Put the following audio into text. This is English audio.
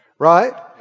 Right